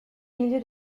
milieu